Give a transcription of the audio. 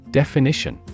definition